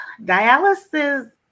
Dialysis